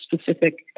specific